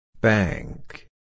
Bank